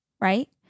right